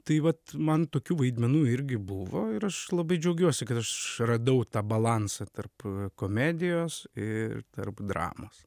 tai vat man tokių vaidmenų irgi buvo ir aš labai džiaugiuosi kad aš radau tą balansą tarp komedijos ir tarp dramos